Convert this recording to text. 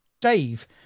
Dave